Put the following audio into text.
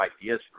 ideas